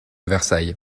versailles